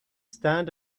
stand